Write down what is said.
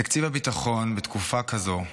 תקציב הביטחון, בתקופה כזו,